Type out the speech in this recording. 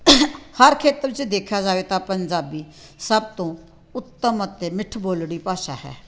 ਹਰ ਖੇਤਰ ਵਿੱਚ ਦੇਖਿਆ ਜਾਵੇ ਤਾਂ ਪੰਜਾਬੀ ਸਭ ਤੋਂ ਉੱਤਮ ਅਤੇ ਮਿੱਠ ਬੋਲੜੀ ਭਾਸ਼ਾ ਹੈ